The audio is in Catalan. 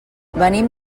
venim